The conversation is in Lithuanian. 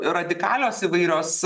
radikalios įvairios